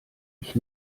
ich